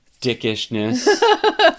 dickishness